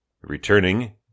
Returning